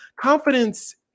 Confidence